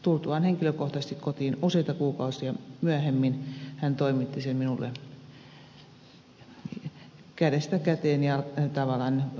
tultuaan kotiin useita kuukausia myöhemmin hän toimitti sen minulle henkilökohtaisesti kädestä käteen tavallaan kotimatkalla jalkakyydillä